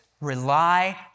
rely